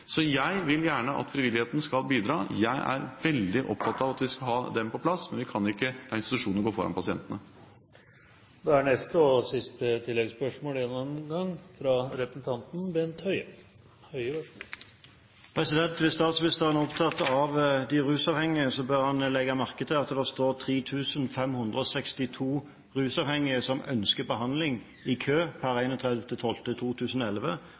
Så jeg vil gjerne at frivilligheten skal bidra. Jeg er veldig opptatt av at vi skal ha den på plass, men vi kan ikke la institusjonene gå foran pasientene. Bent Høie – til oppfølgingsspørsmål. Hvis statsministeren er opptatt av de rusavhengige, bør han legge merke til at det per 31. desember 2010 står 3 562 rusavhengige som ønsker behandling, i kø.